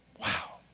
Wow